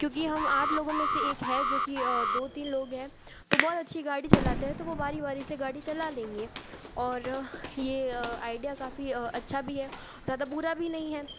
क्योंकि हम आठ लोगों में से एक है जो कि दो तीन लोग हैं तो बहुत अच्छी गाड़ी चलाते हैं तो वो बारी बारी से गाड़ी चला लेंगे और ये आइडिया काफ़ी अच्छा भी है ज़्यादा बुरा भी नहीं है